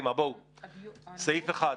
סעיף 1,